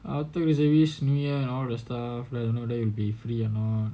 after reservist meet all that stuff then we will be free and all